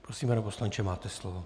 Prosím, pane poslanče, máte slovo.